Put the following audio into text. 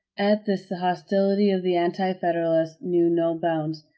at this, the hostility of the anti-federalists knew no bounds.